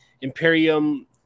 Imperium